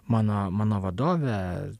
mano mano vadove